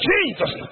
Jesus